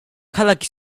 ქალაქი